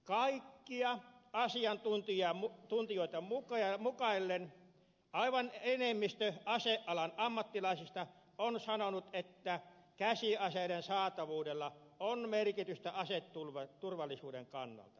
kaikkia asiantuntijoita mukaillen aivan enemmistö asealan ammattilaisista on sanonut että käsiaseiden saatavuudella on merkitystä aseturvallisuuden kannalta